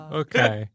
okay